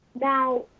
Now